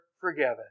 forgiven